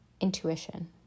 intuition